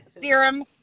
serum